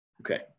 Okay